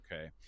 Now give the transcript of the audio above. okay